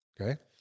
Okay